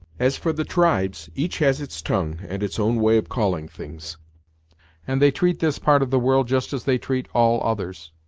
as for the tribes, each has its tongue, and its own way of calling things and they treat this part of the world just as they treat all others.